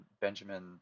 Benjamin